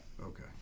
Okay